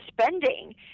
spending